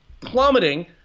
plummeting